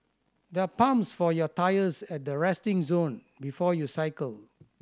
there are pumps for your tyres at the resting zone before you cycle